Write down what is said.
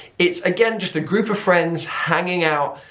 it's again just a group of friends hanging out,